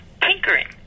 tinkering